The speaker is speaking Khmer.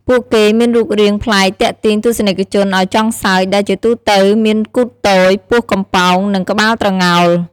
ពួកគេមានរូបរាងប្លែកទាក់ទាញទស្សនិកជនឱ្យចង់សើច ដែលជាទូទៅមានគូថទយ ពោះកំប៉ោង និងក្បាលត្រងោល ។